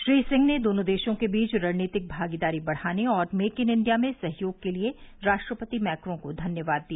श्री सिंह ने दोनों देशों के बीच रणनीतिक भागीदारी बढ़ाने और मेक इन इंडिया मे सहयोग के लिए राष्ट्रपति मैक्रो को धन्यवाद दिया